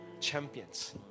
champions